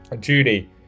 Judy